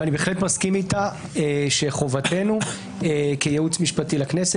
ואני בהחלט מסכים איתה שחובתנו כייעוץ משפטי לכנסת